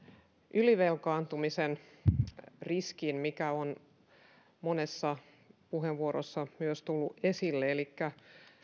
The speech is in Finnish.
ylivelkaantumisen riskin mikä on monessa puheenvuorossa myös tullut esille elikkä